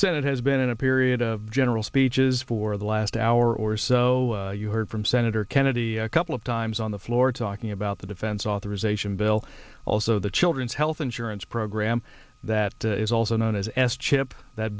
senate has been in a period of general speeches for the last hour or so you heard from senator kennedy a couple of times on the floor talking about the defense authorization bill also the children's health insurance program that is also known as s chip that